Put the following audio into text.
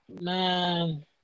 man